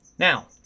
Now